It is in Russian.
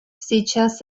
сейчас